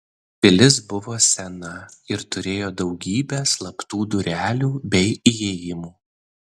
pilis buvo sena ir turėjo daugybę slaptų durelių bei įėjimų